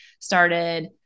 started